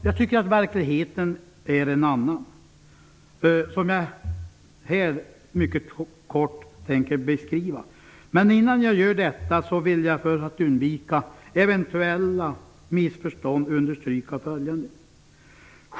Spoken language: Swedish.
Jag tycker att verkligheten är en annan, som jag mycket kort skall beskriva. Innan jag gör detta vill jag, för att undvika eventuella missförstånd, understryka följande.